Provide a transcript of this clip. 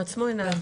הם עצמו עיניים.